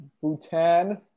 Bhutan